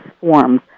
forms